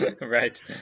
Right